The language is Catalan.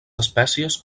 espècies